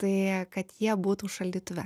tai kad jie būtų šaldytuve